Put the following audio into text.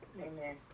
amen